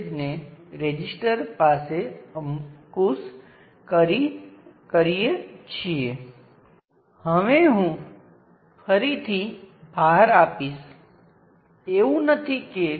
અને જો તમે તેને ધ્રુવીયતા સાથે જોશો તેથી આ મારી પાસે V છે અને તે જ ધ્રુવીયતા સાથે આ મારી પાસે v છે જે આ સ્ત્રોતને કારણે છે